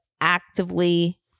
actively